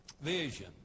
Vision